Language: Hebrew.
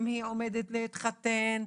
אם היא עומדת להתחתן.